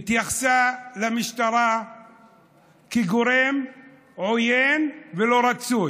היא התייחסה למשטרה כאל גורם עוין ולא רצוי.